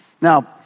Now